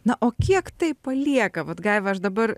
na o kiek tai palieka vat gaiva aš dabar